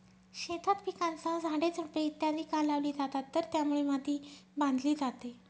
शेतात पिकांसह झाडे, झुडपे इत्यादि का लावली जातात तर त्यामुळे माती बांधली जाते